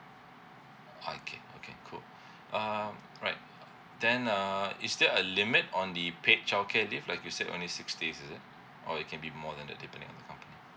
okay okay cool uh right then uh is there a limit on the paid childcare leave like you said only six days is it or it can be more than that depend on the company